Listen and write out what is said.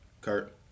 Kurt